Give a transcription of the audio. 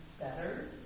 better